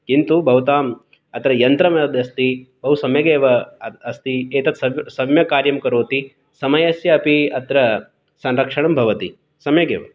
किन्तु भवताम् अत्र यन्त्रं यद् अस्ति बहुसम्यक् एव अ अस्ति एतद् तद् सम्यक् कार्यं करोति समयस्य अपि अत्र संरक्षणं भवति सम्यक् एव